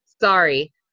sorry